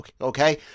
okay